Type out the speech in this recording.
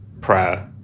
prayer